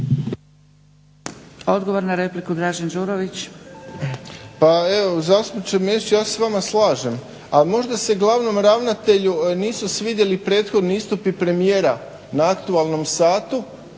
Đurović. **Đurović, Dražen (HDSSB)** Pa evo zastupniče Mesić, ja se s vama slažem, a možda se glavnom ravnatelju nisu svidjeli prethodni istupi premijera na aktualnom satu